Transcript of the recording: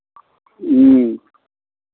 ह्म्म